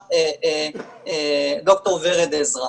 שאמרה ד"ר ורד עזרא,